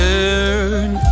Turn